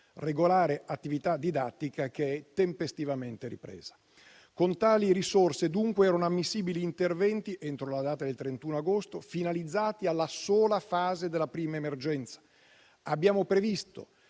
regolare attività didattica (attività che è tempestivamente ripresa). Con tali risorse, dunque, erano ammissibili interventi, entro la data del 31 agosto, finalizzati alla sola fase della prima emergenza. Abbiamo previsto,